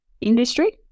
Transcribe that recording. industry